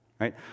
right